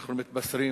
אנחנו מתבשרים